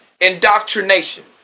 Indoctrination